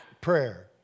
prayer